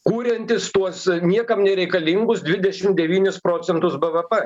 kuriantys tuos niekam nereikalingus dvidešim devynis procentus bvp